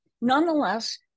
Nonetheless